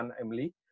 Emily